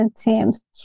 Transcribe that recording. teams